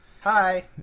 Hi